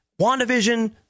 WandaVision